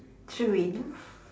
true enough